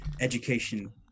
Education